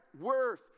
worth